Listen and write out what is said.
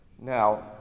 Now